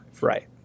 Right